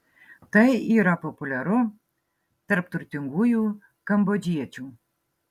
tai yra populiaru tarp turtingųjų kambodžiečiu